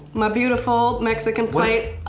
my beautiful mexican plate.